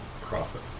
Profit